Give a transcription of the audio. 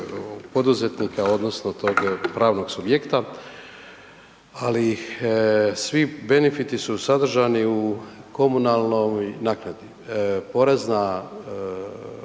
poduzetnika odnosno tog pravnog subjekta, ali svi benefiti su sadržani u komunalnoj naknadi. Porezna,